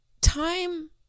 Time